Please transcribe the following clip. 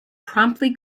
promptly